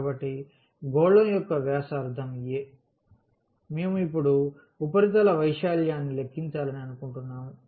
కాబట్టి గోళం యొక్క వ్యాసార్థం a మేము ఇప్పుడు ఉపరితల వైశాల్యాన్ని లెక్కించాలని అనుకుంటున్నాము